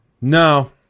no